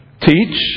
Teach